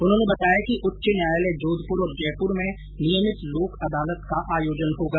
उन्होंने बताया कि उच्च न्यायालय जोधपुर और जयपुर में नियमित लोक अदालत का आयोजन होगा